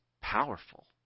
powerful